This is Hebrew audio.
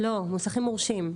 לא, מוסכים מורשים.